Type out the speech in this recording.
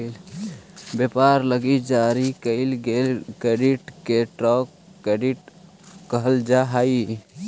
व्यापार लगी जारी कईल गेल क्रेडिट के ट्रेड क्रेडिट कहल जा हई